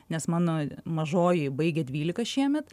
nes mano mažoji baigia dvylika šiemet